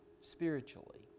spiritually